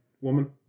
woman